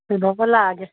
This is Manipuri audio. ꯀꯩꯅꯣꯃ ꯂꯥꯛꯑꯒꯦ